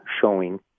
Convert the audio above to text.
showing